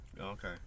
Okay